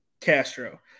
Castro